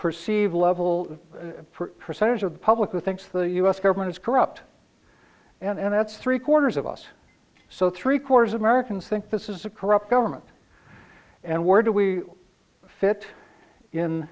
perceived level of percentage of the public the thinks the u s government is corrupt and that's three quarters of us so three quarters of americans think this is a corrupt government and where do we fit in